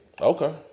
Okay